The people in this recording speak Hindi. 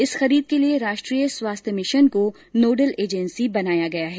इस खरीद के लिए राष्ट्रीय स्वास्थ्य मिशन को नोडल एजेंसी बनाया गया है